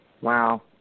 Wow